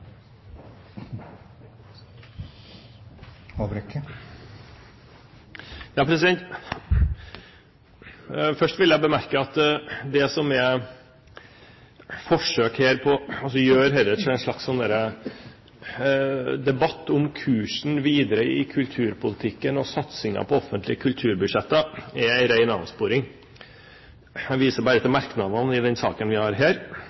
Først vil jeg bemerke at det som det gjøres forsøk her på, altså å gjøre dette til en slags debatt om kursen videre i kulturpolitikken og satsingen på offentlige kulturbudsjetter, er en ren avsporing. Jeg viser bare til merknadene i denne saken som vi behandler her,